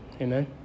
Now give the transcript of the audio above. Amen